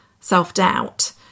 self-doubt